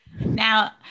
Now